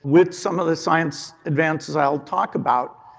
with some of the science advances i'll talk about,